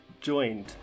joined